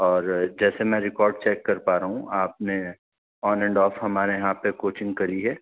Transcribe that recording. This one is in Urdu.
اور جیسے میں ریکارڈ چیک کر پا رہا ہوں آپ نے آن اینڈ آف ہمارے یہاں پہ کوچنگ کری ہے